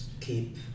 keep